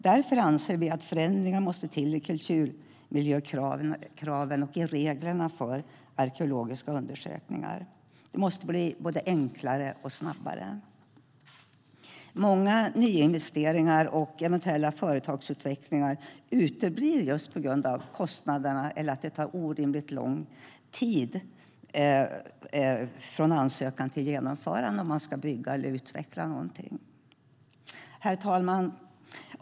Därför anser vi att förändringar måste till i kulturmiljökraven och i reglerna för arkeologiska undersökningar. Det måste bli enklare och snabbare. Många nyinvesteringar och företagsutvecklingar uteblir just på grund av kostnaderna eller att det tar orimligt lång tid från ansökan till genomförande om man ska bygga eller utveckla något. Herr talman!